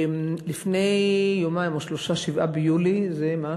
לפני יומיים או שלושה, 7 ביולי, זה מה?